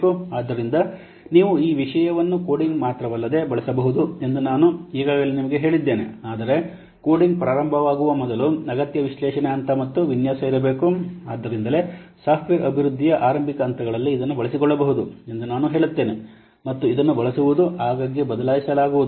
ಆದ್ದರಿಂದ ನೀವು ಈ ವಿಷಯವನ್ನು ಕೋಡಿಂಗ್ ಮಾತ್ರವಲ್ಲದೆ ಬಳಸಬಹುದು ಎಂದು ನಾನು ಈಗಾಗಲೇ ನಿಮಗೆ ಹೇಳಿದ್ದೇನೆ ಆದರೆ ಕೋಡಿಂಗ್ ಪ್ರಾರಂಭವಾಗುವ ಮೊದಲು ಅಗತ್ಯ ವಿಶ್ಲೇಷಣೆ ಹಂತ ಮತ್ತು ವಿನ್ಯಾಸ ಇರಬಹುದು ಆದ್ದರಿಂದಲೇ ಸಾಫ್ಟ್ವೇರ್ ಅಭಿವೃದ್ಧಿಯ ಆರಂಭಿಕ ಹಂತಗಳಲ್ಲಿ ಇದನ್ನು ಬಳಸಿಕೊಳ್ಳಬಹುದು ಎಂದು ನಾನು ಹೇಳುತ್ತೇನೆ ಮತ್ತು ಇದನ್ನು ಬಳಸುವುದುದು ಆಗಾಗ್ಗೆ ಬದಲಾಗಬಹುದು